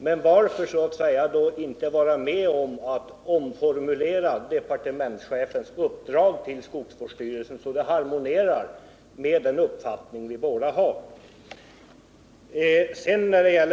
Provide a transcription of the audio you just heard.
Men varför då inte vara med om att omformulera departementschefens uppdrag till skogsvårdsstyrelsen så att det harmonierar med den uppfattning vi båda har?